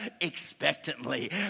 expectantly